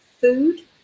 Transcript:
food